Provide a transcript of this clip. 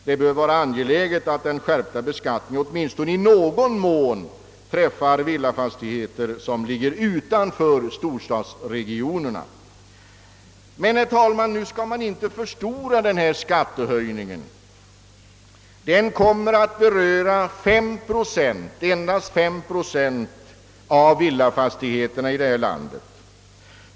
Det bör vara angeläget att den skärpta beskattningen åtminstone i någon mån berör villafastigheter som ligger utanför storstadsregionerna. Men, herr talman, man skall inte förstora betydelsen av denna skattehöjning. Den kommer att beröra endast 5 procent av villafastigheterna i vårt land.